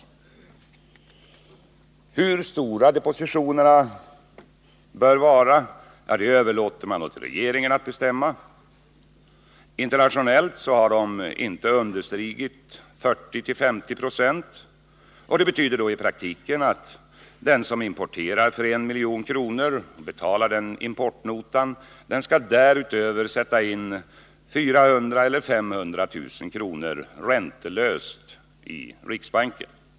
Frågan om hur stora depositionerna bör vara överlåts åt regeringen att bestämma. Internationellt har de dock inte understigit 40-50 96. Det betyder i praktiken att den som importerar för 1 milj.kr. skall utöver att betala importnotan på det beloppet sätta in 400 000-500 000 kr. räntelöst i riksbanken.